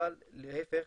אבל להיפך,